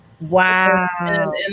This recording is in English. Wow